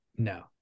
no